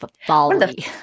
Folly